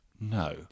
No